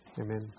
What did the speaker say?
Amen